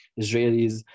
Israelis